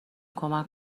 کمک